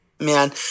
Man